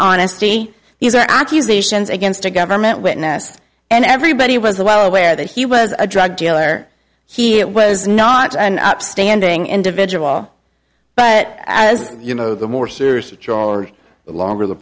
honesty these are accusations against a government witness and everybody was well aware that he was a drug dealer he it was not an upstanding individual but as you know the more serious each or longer